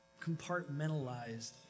compartmentalized